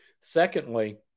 Secondly